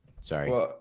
Sorry